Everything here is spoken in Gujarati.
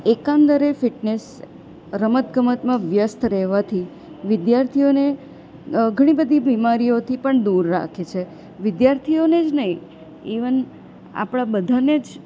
એકંદરે ફિટનેસ રમતગમતમાં વ્યસ્ત રહેવાથી વિદ્યાર્થીઓને ઘણી બધી બિમારીઓથી પણ દૂર રાખે છે વિદ્યાર્થીઓને જ નહીં ઇવન આપણાં બધાને જ